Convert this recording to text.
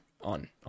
on